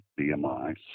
BMI